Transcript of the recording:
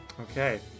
Okay